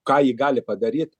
ką ji gali padaryt